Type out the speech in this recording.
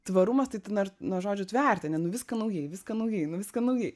tvarumas tai ten ar nuo žodžio tverti ane nu viską naujai viską naujai nu viską naujai